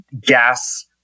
gas